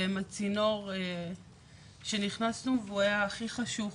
ועם הצינור שנכנסנו והוא היה הכי חשוך,